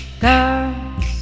girls